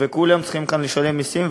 וכולם צריכים כאן לשלם מסים.